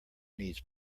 needs